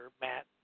Matt